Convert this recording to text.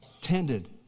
tended